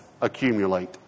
accumulate